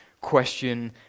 question